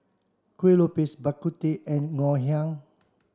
Kuih Lopes Bak Kut Teh and Ngoh Hiang